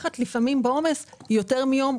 לפעמים בעומס זה יכול לקחת יותר מיום,